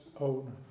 own